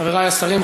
חברי השרים,